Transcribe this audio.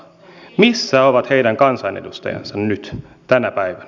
missä ovat heidän kansanedustajansa nyt tänä päivänä